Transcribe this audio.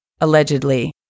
allegedly